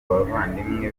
bavandimwe